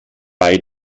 bei